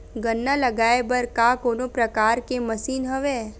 गन्ना लगाये बर का कोनो प्रकार के मशीन हवय?